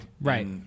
Right